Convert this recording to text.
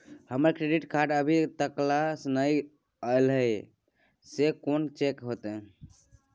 हमर debit card अभी तकल नय अयले हैं, से कोन चेक होतै?